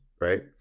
right